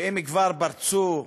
והם כבר פרצו,